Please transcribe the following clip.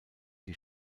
die